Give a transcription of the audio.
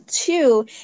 Two